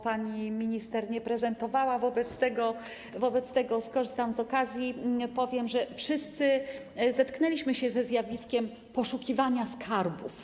Pani minister nie prezentowała tej kwestii, wobec czego skorzystam z okazji i powiem, że wszyscy zetknęliśmy się ze zjawiskiem poszukiwania skarbów.